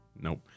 nope